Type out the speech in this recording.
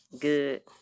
Good